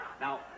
Now